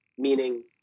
meaning